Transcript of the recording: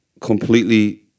completely